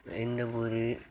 எந்த ஒரு